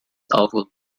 awful